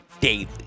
daily